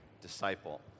disciple